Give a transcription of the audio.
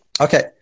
Okay